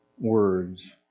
Words